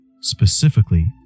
specifically